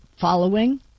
following